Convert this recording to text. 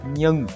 nhưng